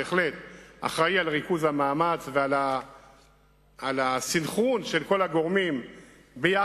בהחלט אחראי לריכוז המאמץ ולסנכרון של כל הגורמים יחד,